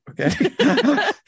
okay